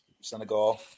Senegal –